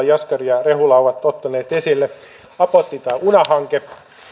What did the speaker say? jaskari ja rehula ovat ottaneet esille apotti ja una hankkeen